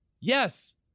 yes